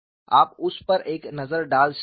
आप उस पर एक नज़र डाल सकते हैं